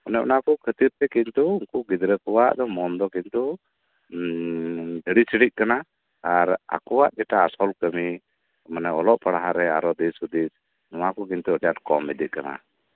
ᱚᱱᱮ ᱚᱱᱟ ᱠᱚ ᱠᱷᱟᱹᱛᱤᱨ ᱛᱮᱜᱮ ᱜᱤᱫᱽᱨᱟᱹ ᱠᱚᱣᱟᱜ ᱢᱚᱱ ᱫᱚ ᱠᱤᱱᱛᱩ ᱜᱟᱹᱱᱤ ᱥᱟᱱᱤᱜ ᱠᱟᱱᱟ ᱟᱨ ᱟᱠᱚᱣᱟᱜ ᱡᱮᱴᱟ ᱟᱥᱚᱞ ᱠᱟᱹᱢᱤ ᱡᱮᱴᱟ ᱚᱞᱚᱜ ᱯᱟᱲᱦᱟᱜ ᱨᱮ ᱫᱤᱥ ᱦᱩᱫᱤᱥ ᱱᱚᱣᱟ ᱠᱚ ᱤᱫᱤᱜ ᱠᱟᱱᱟ